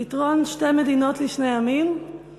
פתרון שתי מדינות לשני עמים,